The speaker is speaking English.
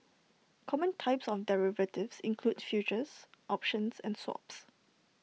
common types of derivatives include futures options and swaps